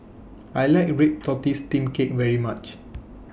I like Red Tortoise Steamed Cake very much